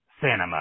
cinema